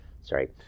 Sorry